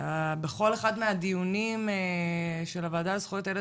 בכל אחד מהדיונים של הוועדה לזכויות הילד,